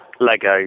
Lego